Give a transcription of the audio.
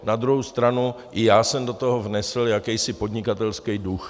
Na druhou stranu i já jsem do toho vnesl jakýsi podnikatelský duch.